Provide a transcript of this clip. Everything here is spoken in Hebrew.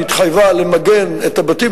שהתחייבה למגן את הבתים,